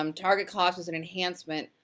um target cost is an enhancement,